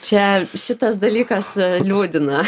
čia šitas dalykas liūdina